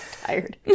Tired